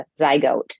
zygote